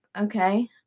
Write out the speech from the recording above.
okay